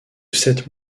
sept